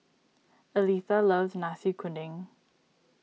Aletha loves Nasi Kuning